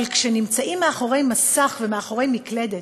אבל כשנמצאים מאחורי מסך ומאחורי מקלדת,